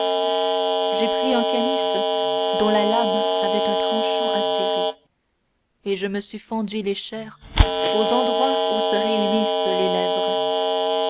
j'ai pris un canif dont la lame avait un tranchant acéré et me suis fendu les chairs aux endroits où se réunissent les lèvres